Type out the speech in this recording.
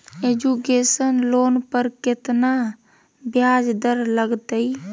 Education loan पर केतना ब्याज दर लगतई?